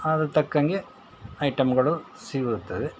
ಅದರ ತಕ್ಕಂತೆ ಐಟಮ್ಗಳು ಸಿಗುತ್ತದೆ